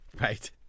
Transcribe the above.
right